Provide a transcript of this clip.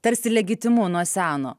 tarsi legitimu nuo seno